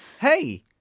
Hey